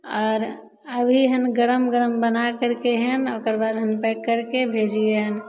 आओर अभी हँ गरम गरम बना करिके हँ आओर ओकर बाद पैक करिके भेजिए